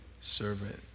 servant